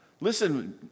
Listen